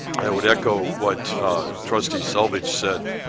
i would go what trustee selvidge said